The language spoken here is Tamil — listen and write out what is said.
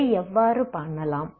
இதை எவ்வாறு பண்ணலாம்